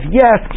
yes